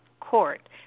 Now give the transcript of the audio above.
court